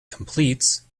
completes